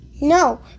No